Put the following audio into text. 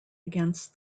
against